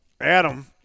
Adam